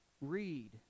read